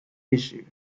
issue